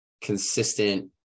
consistent